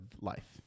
life